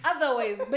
Otherwise